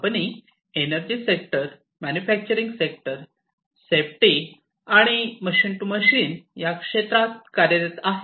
company energy sector manufacturing sector safety आणि machine to machine या क्षेत्रात कार्यरत आहे